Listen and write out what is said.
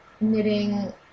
knitting